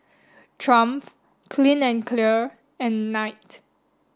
Triumph Clean and Clear and Knight